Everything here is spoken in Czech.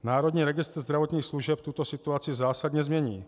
Národní registr zdravotních služeb tuto situaci zásadně změní.